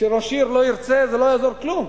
כשראש עיר לא ירצה, לא יעזור כלום.